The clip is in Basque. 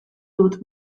dut